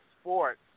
Sports